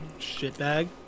shitbag